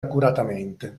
accuratamente